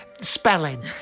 spelling